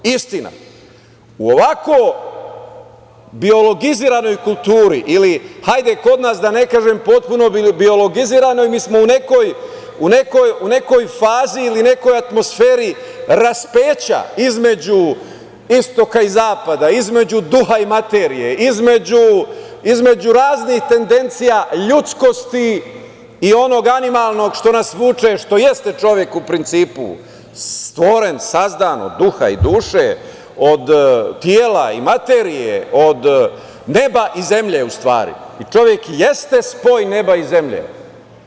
Istina, u ovako biologiziranoj kulturi ili, hajde, kod nas da ne kažem potpuno biologiziranoj, mi smo u nekoj fazi ili nekoj atmosferi raspeća između istoka i zapada, između duha i materije, između raznih tendencija ljudskosti i onog animalnog što nas vuče, što jeste čovek u principu, stvoren, sazdan od duha i duše, od tela i materije, od neba i zemlje u stvari, jer čovek i jeste spoj neba i zemlje.